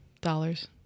Dollars